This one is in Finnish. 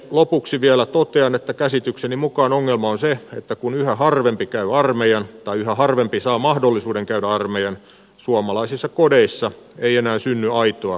lopuksi vielä totean että käsitykseni mukaan ongelma on se että kun yhä harvempi käy armeijan tai yhä harvempi saa mahdollisuuden käydä armeijan suomalaisissa kodeissa ei enää synny aitoa kosketuspintaa puolustusvoimiin